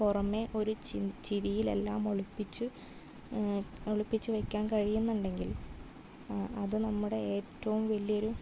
പുറമെ ഒരു ചി ചിരിയിലെല്ലാം ഒളിപ്പിച്ചു ഒളിപ്പിച്ചു വയ്ക്കാൻ കഴിയുന്നുണ്ടെങ്കിൽ അത് നമ്മുടെ ഏറ്റവും വലിയൊരു